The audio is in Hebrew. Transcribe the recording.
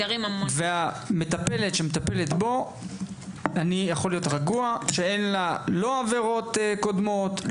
ואני יכול להיות רגוע שלמטפלת שמטפלת בו אין עבירות קודמות,